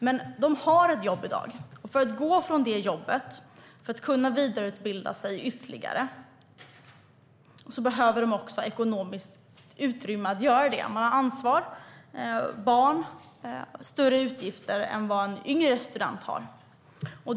De har dock ett jobb i dag, och för att kunna gå från det jobbet och vidareutbilda sig ytterligare behöver de ekonomiskt utrymme. De har ett större ansvar, till exempel barn, och större utgifter än vad en yngre student har.